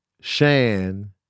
Shan